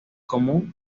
común